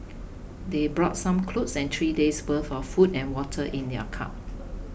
they brought some clothes and three days' worth of food and water in their car